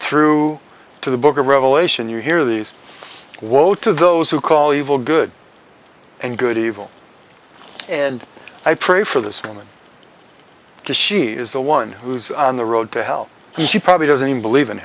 through to the book of revelation you hear these woe to those who call evil good and good evil and i pray for this woman because she is the one who's on the road to hell and she probably doesn't even believe in